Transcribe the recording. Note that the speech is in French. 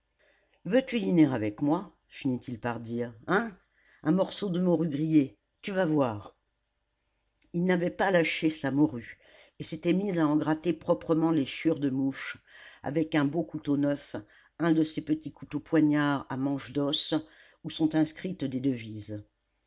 veux-tu dîner avec moi finit-il par dire hein un morceau de morue grillée tu vas voir il n'avait pas lâché sa morue et s'était mis à en gratter proprement les chiures de mouche avec un beau couteau neuf un de ces petits couteaux poignards à manche d'os où sont inscrites des devises